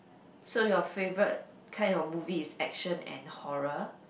so your favorite kind of movie is action and horror